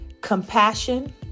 compassion